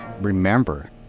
remember